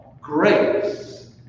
grace